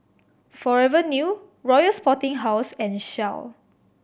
Forever New Royal Sporting House and Shell